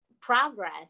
progress